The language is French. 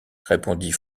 répondit